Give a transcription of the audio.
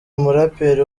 umuraperi